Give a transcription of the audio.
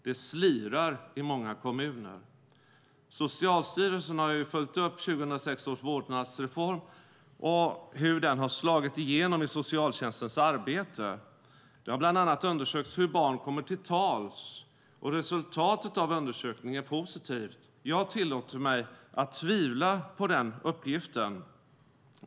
Det slirar i många kommuner. Socialstyrelsen har ju följt upp 2006 års vårdnadsreform och hur den har slagit igenom i socialtjänstens arbete. Det har bland annat undersökts hur barn kommer till tals. Resultatet av undersökningen är positivt. Jag tillåter mig att tvivla på den uppgiften.